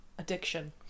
Addiction